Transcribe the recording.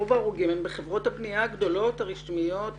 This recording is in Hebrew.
רוב ההרוגים הם בחברות הבנייה הגדולות והרשמיות.